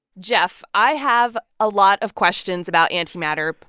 geoff, i have a lot of questions about antimatter,